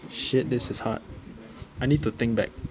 shit this is hard I need to think back